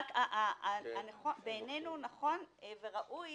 בעינינו נכון וראוי